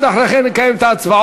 כן, אתם רוצים להתחרט?